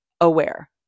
aware